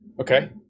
Okay